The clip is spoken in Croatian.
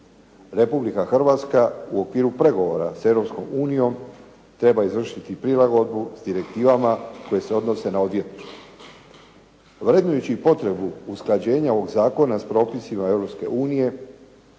Republika Hrvatska u okviru pregovora s Europskom unijom treba izvršiti prilagodbu s direktivama koje se odnose na odvjetništvo. Vrednujući potrebu usklađenja ovog zakona s propisima